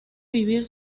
vivir